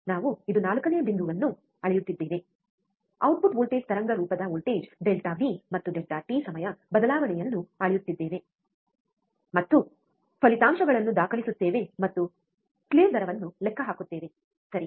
ನಾವು ಇದು 4 ನೇ ಬಿಂದುವನ್ನು ಅಳೆಯುತ್ತಿದ್ದೇವೆ ಔಟ್ಪುಟ್ ವೋಲ್ಟೇಜ್ ತರಂಗ ರೂಪದ ವೋಲ್ಟೇಜ್ Δವಿ∆V ಮತ್ತು ΔಟಿΔt ಸಮಯ ಬದಲಾವಣೆಯನ್ನು ಅಳೆಯುತ್ತೇವೆ ಮತ್ತು ಫಲಿತಾಂಶಗಳನ್ನು ದಾಖಲಿಸುತ್ತೇವೆ ಮತ್ತು ಸ್ಲೀವ್ ದರವನ್ನು ಲೆಕ್ಕ ಹಾಕುತ್ತೇವೆ ಸರಿ